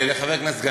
לחבר הכנסת גנאים,